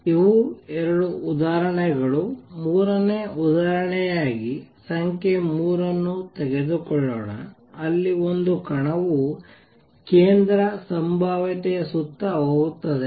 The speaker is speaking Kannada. ಇದು ಎರಡು ಉದಾಹರಣೆಗಳು ಮೂರನೆಯ ಉದಾಹರಣೆಯಾಗಿ ಸಂಖ್ಯೆ 3 ಅನ್ನು ತೆಗೆದುಕೊಳ್ಳೋಣ ಅಲ್ಲಿ ಒಂದು ಕಣವು ಕೇಂದ್ರ ಸಂಭಾವ್ಯತೆಯ ಸುತ್ತ ಹೋಗುತ್ತದೆ